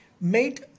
made